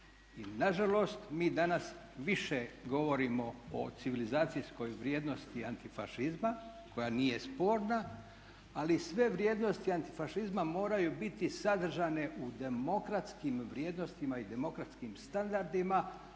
nažalost mi danas više govorimo o civilizacijskoj vrijednosti antifašizma koja nije sporna ali sve vrijednosti antifašizma moraju biti sadržane u demokratskim vrijednostima i demokratskim standardima